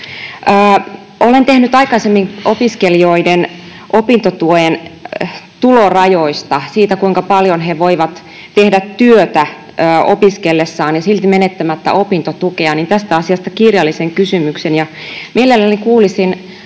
kysymyksen opiskelijoiden opintotuen tulorajoista, siitä, kuinka paljon he voivat tehdä työtä opiskellessaan silti menettämättä opintotukea. Mielelläni kuulisin